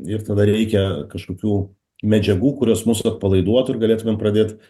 ir tada reikia kažkokių medžiagų kurios mus atpalaiduotų ir galėtumėm pradėt